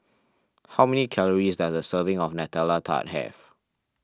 how many calories does a serving of Nutella Tart have